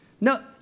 No